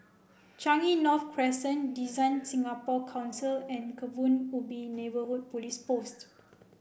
Changi North Crescent Design Singapore Council and Kebun Ubi Neighbourhood Police Post